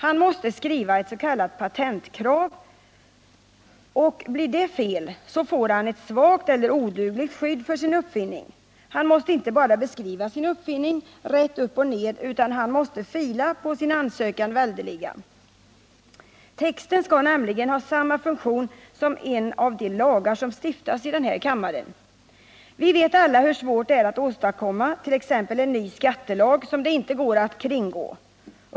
Han måste skriva ett s.k. patentkrav, och blir det fel så får han ett svagt eller odugligt skydd för sin uppfinning. Han måste inte bara beskriva sin uppfinning rätt upp och ned, utan han måste fila på sin ansökan väldeliga. Texten skall nämligen ha samma funktion som en av de lagar som stiftas här i kammaren. Vi vet alla hur svårt det är att åstadkomma t.ex. en ny skattelag, som det inte går att kringgå.